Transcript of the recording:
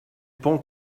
pan